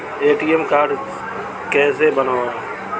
ATM card कैसे बनवाएँ?